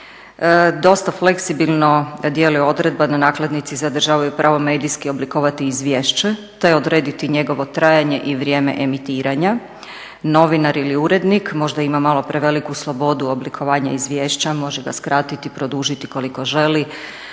Dosta fleksibilno djeluje odredba da nakladnici zadržavaju pravo medijski oblikovati izvješće, te odrediti njegovo trajanje i vrijeme emitiranja. Novinar ili urednik možda ima malo preveliku slobodu oblikovanja izvješća. Može ga skratiti, produžiti koliko želi,